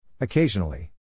Occasionally